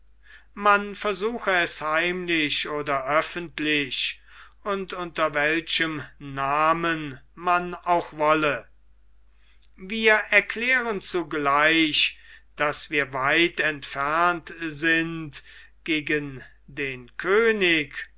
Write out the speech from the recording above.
man versuche es heimlich oder öffentlich und unter welchem namen man auch wolle wir erklären zugleich daß wir weit entfernt sind gegen den könig